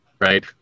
right